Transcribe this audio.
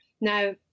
now